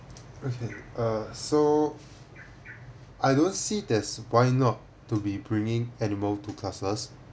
okay uh so I don't see there's why not to be bringing animal to classes